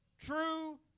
true